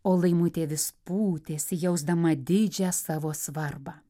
o laimutė vis pūtėsi jausdama didžią savo svarbą